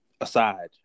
aside